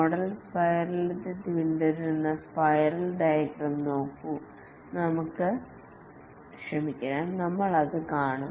model സ്പൈറൽ ത്തെ പിന്തുടരുന്ന സ്പൈറൽ ഡയഗ്രം നോക്കൂ നമ്മൾ അത് കാണും